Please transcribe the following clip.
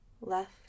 Left